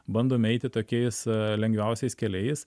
bandome eiti tokiais lengviausiais keliais